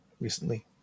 recently